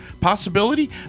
possibility